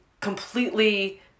completely